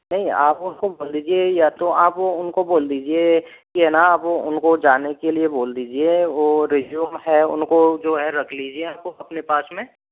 नहीं आप उनको बोल दीजिए या तो आप उनको बोल दीजिए कि यह न आप उनको जाने के लिए बोल दीजिए और रिज्यूम है उनको जो है रख लीजिए अपने पास में